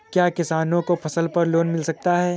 क्या किसानों को फसल पर लोन मिल सकता है?